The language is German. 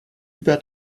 über